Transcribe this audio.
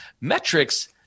metrics